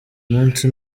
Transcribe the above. munsi